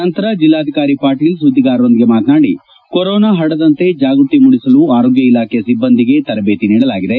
ನಂತರ ಜಿಲ್ಲಾಧಿಕಾರಿ ಪಾಟೀಲ್ ಸುದ್ದಿಗಾರರೊಂದಿಗೆ ಮಾತನಾಡಿ ಕೊರೊನಾ ಪರಡದಂತೆ ಜಾಗೃತಿ ಮೂಡಿಸಲು ಆರೋಗ್ಯ ಇಲಾಖೆ ಸಿಬ್ಬಂದಿಗೆ ತರಬೇತಿ ನೀಡಲಾಗಿದೆ